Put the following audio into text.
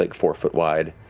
like four-foot wide.